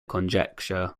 conjecture